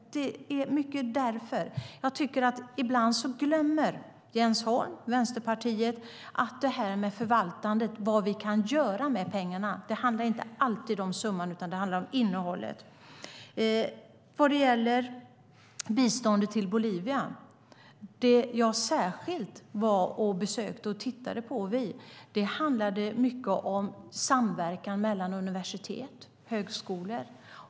Det är mycket därför jag tycker att Jens Holm, Vänsterpartiet, ibland glömmer att förvaltandet, vad vi kan göra med pengarna, inte alltid handlar om summan, utan det handlar om innehållet. Vad gäller biståndet till Bolivia kan jag säga att det jag särskilt var och besökte och tittade närmare på handlade mycket om samverkan mellan universitet och högskolor.